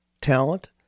talent